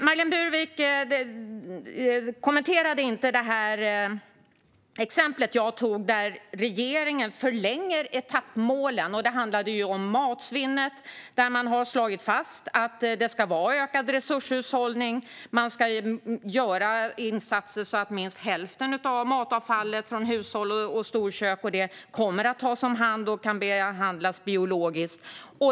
Marlene Burwick kommenterade inte det exempel jag tog upp om att regeringen förlänger etappmålen. Det handlar om matsvinnet, där man har slagit fast att det ska vara ökad resurshushållning och att insatser ska göras så att minst hälften av matavfallet från hushåll, storkök och så vidare kommer att tas om hand och behandlas biologiskt.